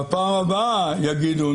בפעם הבאה יגידו,